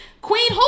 Queen